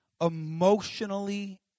emotionally